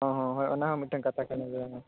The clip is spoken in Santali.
ᱚ ᱦᱚᱸ ᱦᱳᱭ ᱚᱱᱟ ᱦᱚᱸ ᱢᱤᱫᱴᱟᱝ ᱠᱟᱛᱷᱟ ᱠᱟᱱ ᱜᱮᱭᱟ